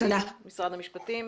ממשרד המשפטים?